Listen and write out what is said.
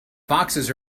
foxes